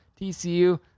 tcu